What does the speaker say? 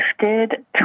shifted